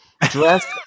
dressed